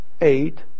eight